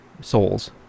souls